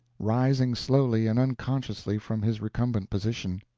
rising slowly and unconsciously from his recumbent position.